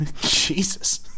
Jesus